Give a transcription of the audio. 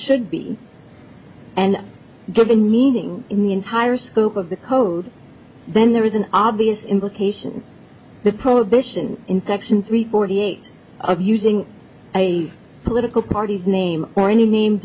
should be and given meaning in the entire scope of the code then there is an obvious implication the prohibition in section three forty eight of using a political party's name or any name